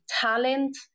talent